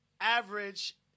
average